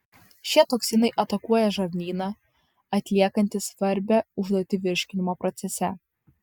šie toksinai atakuoja žarnyną atliekantį svarbią užduotį virškinimo procese